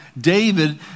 David